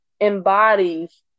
embodies